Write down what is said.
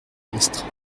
ministre